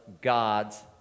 God's